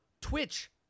Twitch